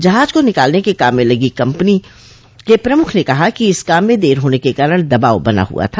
जहाज को निकालने के काम में लगी कंपनी के प्रमुख ने कहा कि इस काम में देर होने के कारण दबाव बना हुआ था